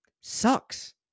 sucks